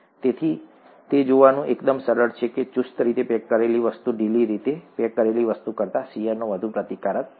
તેથી તે જોવાનું એકદમ સરળ છે કે ચુસ્ત રીતે પેક કરેલી વસ્તુ ઢીલી રીતે પેક કરેલી વસ્તુ કરતાં શીયરનો વધુ પ્રતિકાર કરશે